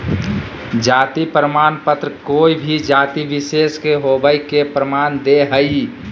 जाति प्रमाण पत्र कोय भी जाति विशेष के होवय के प्रमाण दे हइ